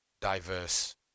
diverse